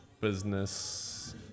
business